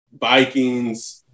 Vikings